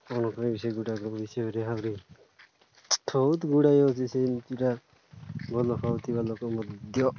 କ'ଣ କରିବି ସେୟ ଗୁଡ଼ାକ ବିଷୟରେ ବହୁତ ଗୁଡ଼ାଏ ହେଉଛି ସେ ଯେମିତିଟା ଭଲ ପାଉଥିବା ଲୋକ ମଧ୍ୟ